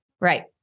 Right